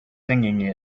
singing